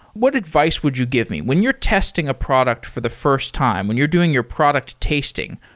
what advice would you give me? when you're testing a product for the first time, when you're doing your product tasting,